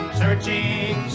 searching